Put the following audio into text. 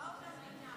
הלוואות למדינה.